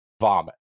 vomit